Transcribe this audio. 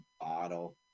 bottle